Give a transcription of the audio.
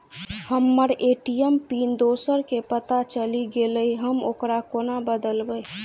हम्मर ATM PIN दोसर केँ पत्ता चलि गेलै, हम ओकरा कोना बदलबै?